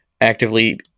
actively